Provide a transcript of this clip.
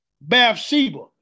Bathsheba